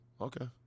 Okay